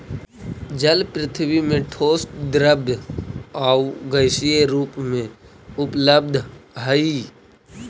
जल पृथ्वी में ठोस द्रव आउ गैसीय रूप में उपलब्ध हई